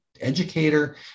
educator